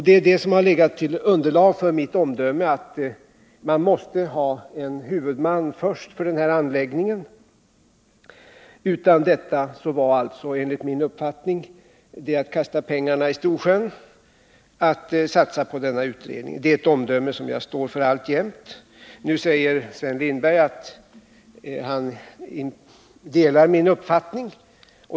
Det är detta som legat som underlag för mitt omdöme att man först måste ha en huvudman för den här anläggningen. Utan detta vore det alltså enligt min uppgift att kasta pengarna i Storsjön att satsa på denna utredning. Det är ett omdöme som jag står för alltjämt. Nu säger Sven Lindberg att han delar min uppfattning.